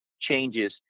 changes